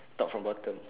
top from bottom